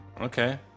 Okay